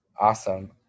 Awesome